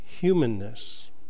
humanness